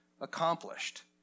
accomplished